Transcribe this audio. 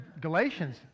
Galatians